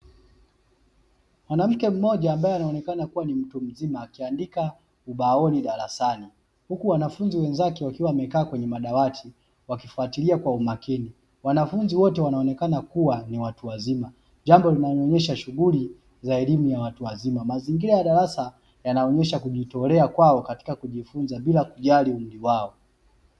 Mwanamke mmoja ambaye anayeonekana akiwa ni mtu mzima akiandika ubaoni darasani, huku wanafunzi wenzake wakiwa wamekaa kwenye madawati wakifatilia kwa umakini, wanafunzi wote wanaonekana kuwa ni watu wa zima jambo linaloonyesha shughuli za elimu ya watu wa zima. Mazingira ya darasa yanaonyesha kujitolewa kwao bila kujali umri wao.